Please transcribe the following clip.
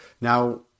now